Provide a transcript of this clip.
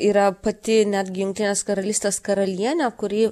yra pati netgi jungtinės karalystės karalienė kuri